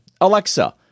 Alexa